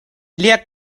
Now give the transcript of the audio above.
lia